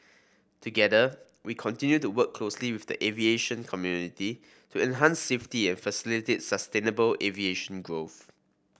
together we continue to work closely with the aviation community to enhance safety and facilitate sustainable aviation growth